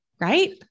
right